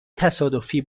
تصادفی